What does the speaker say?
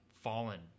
fallen